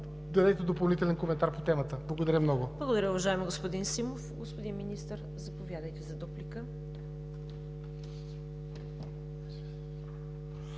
дадете допълнителен коментар по темата. Благодаря много.